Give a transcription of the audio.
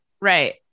Right